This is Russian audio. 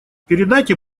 передайте